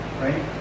right